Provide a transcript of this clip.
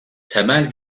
temel